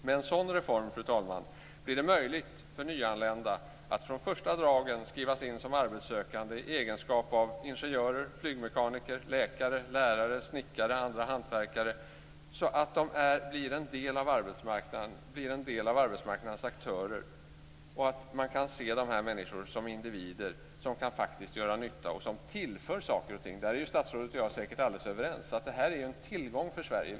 Med en sådan reform, fru talman, blir det möjligt för nyanlända att från första dagen skrivas in som arbetssökande i egenskap av ingenjörer, flygmekaniker, läkare, lärare och snickare och andra hantverkare, så att de blir en del av arbetsmarknadens aktörer. Man kan då se de här människorna som individer som faktiskt kan göra nytta och som tillför saker och ting. Statsrådet och jag är säkert alldeles överens om att de är en tillgång för Sverige.